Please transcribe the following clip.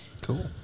Cool